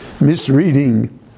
misreading